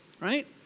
right